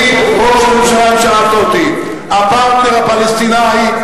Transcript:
הפרטנר הפלסטיני,